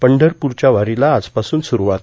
पंढरपूरच्या वारीला आजपासून सुरवात